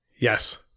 Yes